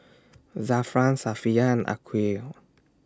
Zafran Safiya and Aqilah